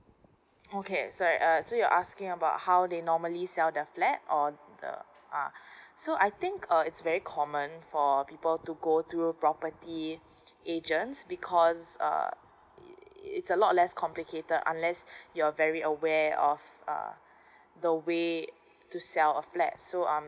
okay sorry so you are asking about how they normally sell the flap or the uh so I think uh it's very common for people to go through property agents because uh it's a lot less complicated unless you're very aware of uh the way to sell a flat so um